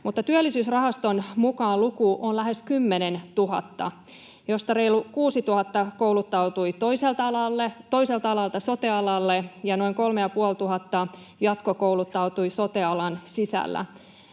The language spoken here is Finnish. Mutta Työllisyysrahaston mukaan luku on lähes 10 000, josta reilut 6 000 kouluttautui toiselta alalta sote-alalle ja noin 3 500 jatkokouluttautui sote-alan sisällä.